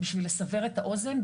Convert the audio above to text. בשביל לסבר את האוזן,